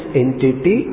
entity